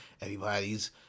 everybody's